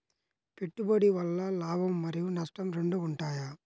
పెట్టుబడి వల్ల లాభం మరియు నష్టం రెండు ఉంటాయా?